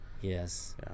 Yes